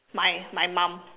my my mum